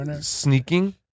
sneaking